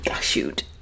shoot